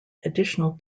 additional